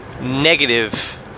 negative